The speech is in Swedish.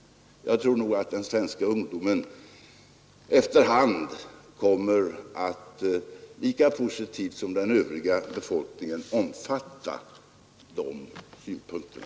Jag tror nog att den svenska ungdomen efter hand kommer att lika positivt som den övriga befolkningen omfatta de synpunkterna.